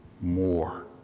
more